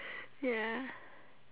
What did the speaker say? ya